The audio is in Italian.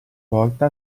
volta